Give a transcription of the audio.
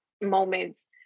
moments